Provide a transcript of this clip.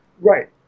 Right